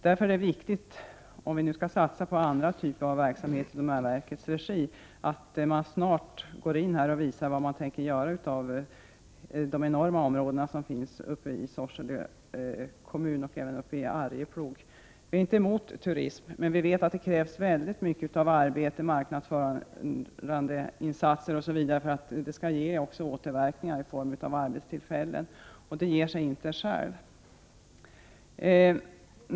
Därför är det viktigt, om vi nu skall satsa på andra typer av verksamhet i domänverkets regi, att man snarast går in och visar vad man tänker göra av de enorma områden som finns i Sorsele kommun och även i Arjeplog. Vi är inte emot turism. Men vi vet att det krävs mycket arbete, marknadsförande insatser osv. för att det skall bli återverkningar i form av arbetstillfällen — det ger sig inte självt.